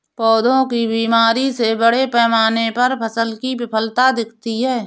पौधों की बीमारी से बड़े पैमाने पर फसल की विफलता दिखती है